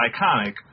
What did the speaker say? iconic